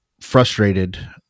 frustrated